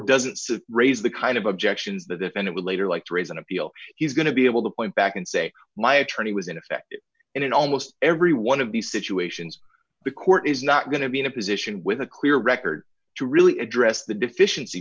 doesn't suit raise the kind of objections that if it would later like to raise an appeal he's going to be able to point back and say my attorney was ineffective and in almost every one of these situations the court is not going to be in a position with a clear record to really address the deficiency